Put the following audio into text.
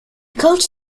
coached